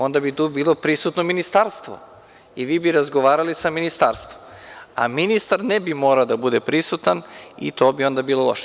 Onda bi tu bilo prisutno ministarstvo i vi bi razgovarali sa ministarstvom, a ministar ne bi morao da bude prisutan i to bi onda bilo loše.